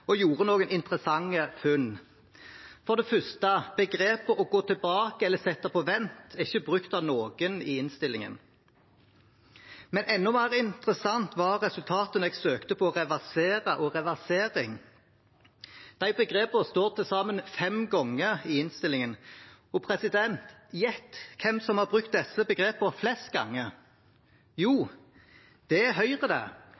og gjorde noen interessante funn. For det første: Begrepene å gå tilbake eller sette på vent er ikke brukt av noen i innstillingen. Men enda mer interessant var resultatene da jeg søkte på reversere og reversering. De begrepene står til sammen fem ganger i innstillingen, og gjett hvem som har brukt disse begrepene flest ganger. Jo, det